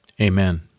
Amen